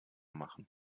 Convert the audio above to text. machen